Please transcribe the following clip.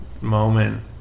moment